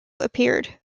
appeared